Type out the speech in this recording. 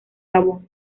gabón